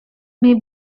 may